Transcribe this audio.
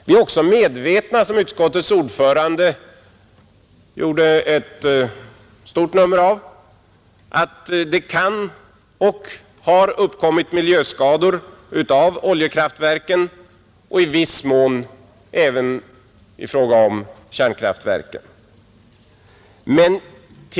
Vi är också medvetna om att det kan och har uppkommit miljöskador av oljekraftverken och i viss mån även i fråga om kärnkraftverken — utskottets ordförande gjorde ett stort nummer av detta.